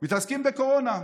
מתעסקים בקורונה.